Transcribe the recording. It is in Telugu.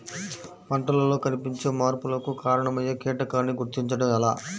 పంటలలో కనిపించే మార్పులకు కారణమయ్యే కీటకాన్ని గుర్తుంచటం ఎలా?